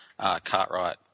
Cartwright